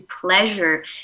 pleasure